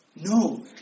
No